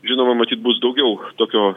žinoma matyt bus daugiau tokio